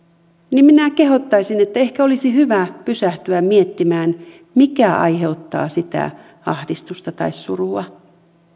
minä kehottaisin että ehkä olisi hyvä pysähtyä miettimään mikä aiheuttaa sitä ahdistusta tai surua